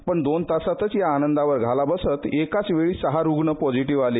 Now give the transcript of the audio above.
पण दोन तासातच या आनंदावर घाला बसत एकाच वेळी सहा रुग्ण पॉझिटिव्ह आले